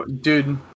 dude